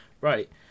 Right